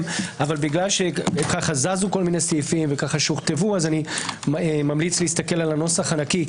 אבל בגלל שזזו כל מיני סעיפים ושוכתבו אני ממליץ להסתכל על הנוסח הנקי.